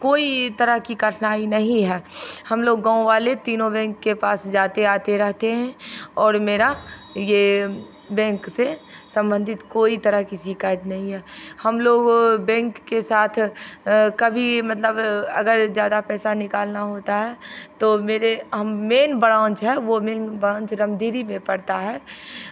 कोई तरह की कठिनाई नहीं है हमलोग गाँव वाले तीनो बैंक के पास जाते आते रहते हैं और मेरा ये बैंक से संबंधित कोई तरह की शिकायत नहीं है हमलोग बैंक के साथ कभी मतलब अगर ज़्यादा पैसा निकालना होता है तो मेरे हम मेन ब्रांच है वो मेन ब्रांच रमदीरि में पड़ता है